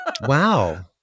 wow